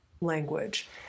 language